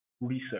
research